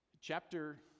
Chapter